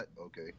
Okay